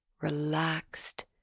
relaxed